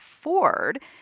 Ford